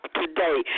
today